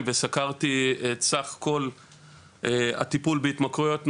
וסקרתי את סך כל הטיפול בהתמכרויות נוער,